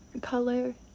color